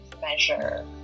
measure